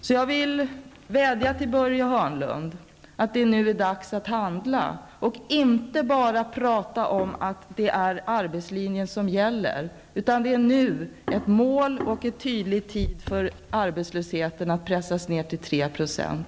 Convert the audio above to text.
Jag vädjar till Börje Hörnlund att nu handla och inte bara prata om att det är arbetslinjen som gäller. Det är nu dags att sätta upp ett tydligt mål, att pressa ned arbetslösheten till 3 %.